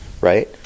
right